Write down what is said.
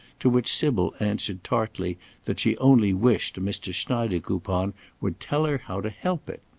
to which sybil answered tartly that she only wished mr. schneidekoupon would tell her how to help it.